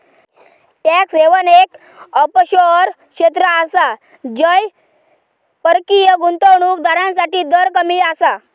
tax haven एक offshore क्षेत्र आसा जय परकीय गुंतवणूक दारांसाठी दर कमी आसा